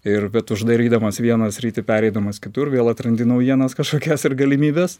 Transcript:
ir bet uždarydamas vieną sritį pereidamas kitur vėl atrandi naujienas kažkokias ir galimybes